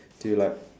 do you like